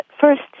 first